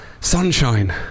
sunshine